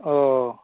ओऽ